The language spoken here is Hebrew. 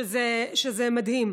שזה מדהים.